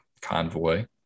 convoy